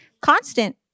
constant